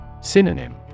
Synonym